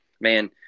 Man